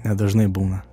nedažnai būna